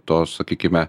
to sakykime